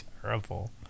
terrible